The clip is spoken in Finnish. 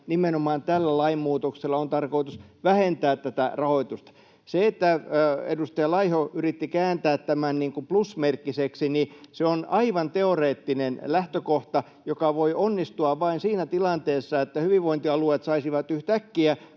Nimenomaan tällä lainmuutoksella on tarkoitus vähentää tätä rahoitusta. Se, että edustaja Laiho yritti kääntää tämän plusmerkkiseksi, on aivan teoreettinen lähtökohta, joka voi onnistua vain siinä tilanteessa, että hyvinvointialueet saisivat yhtäkkiä